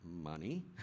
money